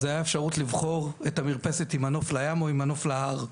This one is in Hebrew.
אז היה אפשרות לבחור את המרפסת עם הנוף לים או עם הנוף להר,